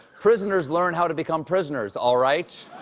prisoners learn how to become prisoners, all right?